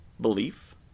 belief